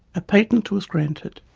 a patent was granted.